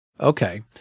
Okay